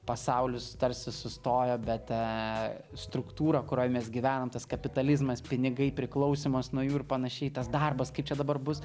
pasaulis tarsi sustojo bet aaa struktūra kurioj mes gyvenam tas kapitalizmas pinigai priklausymas nuo jų ir panašiai tas darbas kaip čia dabar bus